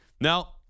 Now